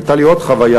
הייתה לי עוד חוויה: